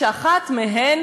ואחת מהן,